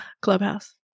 Clubhouse